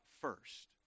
first